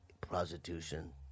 prostitution